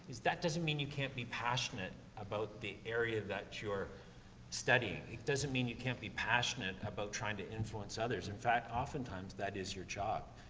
is that doesn't mean you can't be passionate about the area that you're studying. it doesn't mean you can't be passionate about trying to influence others. in fact, oftentimes that is your job,